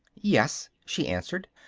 yes, she answered,